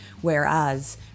whereas